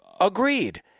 agreed